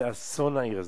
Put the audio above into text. זה אסון לעיר הזאת.